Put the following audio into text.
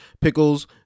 pickles